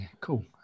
Cool